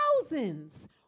thousands